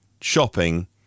shopping